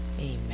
Amen